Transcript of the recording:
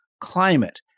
climate